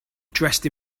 dressed